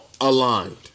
aligned